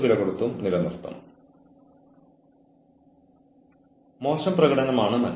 വീണ്ടും ഞാൻ പറഞ്ഞത് പോലെ തെളിയിക്കപ്പെടാതെ കുറ്റക്കാരനല്ല